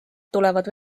tulevad